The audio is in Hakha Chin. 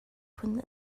phung